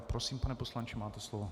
Prosím, pane poslanče, máte slovo.